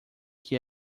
que